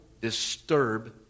disturb